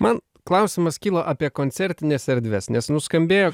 man klausimas kilo apie koncertines erdves nes nuskambėjo